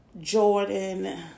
Jordan